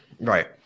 right